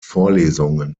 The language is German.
vorlesungen